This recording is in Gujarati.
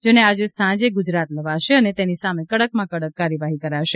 જેને આજે સાંજે ગુજરાત લવાશે અને તેની સામે કડકમાં કડક કાર્યવાહી કરાશે